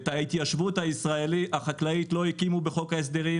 את ההתיישבות הישראלית לא הקימו בחוק ההסדרים